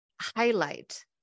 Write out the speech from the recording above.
highlight